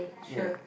ya